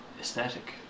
Aesthetic